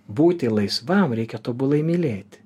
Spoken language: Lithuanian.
būti laisvam reikia tobulai mylėti